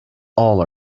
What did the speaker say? all